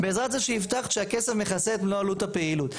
בעזרת זה שהבטחת שהכסף מכסה את מלוא עלות הפעילות.